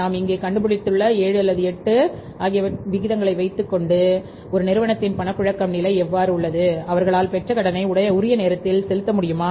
நாம் இங்கே கண்டுபிடித்துள்ள 78 விகிதங்களை வைத்துக்கொண்டு ஒரு நிறுவனத்தின் பணப்புழக்கம் நிலை எவ்வாறு உள்ளது அவர்களால் பெற்ற கடனை உரிய நேரத்தில் செலுத்த முடியுமா